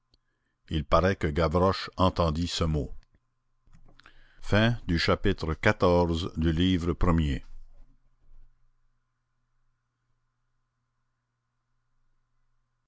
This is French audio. il paraît que gavroche entendit ce mot chapitre